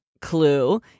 clue